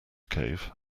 cave